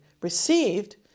received